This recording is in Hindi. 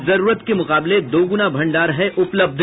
जरूरत के मुकाबले दोगुना भंडार है उपलब्ध